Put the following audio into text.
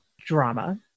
drama